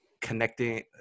connecting